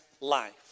life